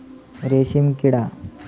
रेशीमकिडा